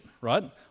right